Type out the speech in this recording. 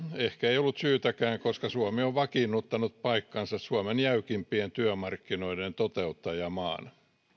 ehkä ei ollut syytäkään koska suomi on vakiinnuttanut paikkansa jäykimpien työmarkkinoiden toteuttajamaana